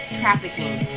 trafficking